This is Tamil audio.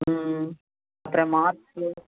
ம் அப்புறம் மாஸ்க்கு